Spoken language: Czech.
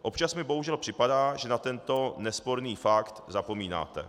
Občas mi bohužel připadá, že na tento nesporný fakt zapomínáte.